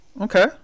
okay